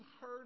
heard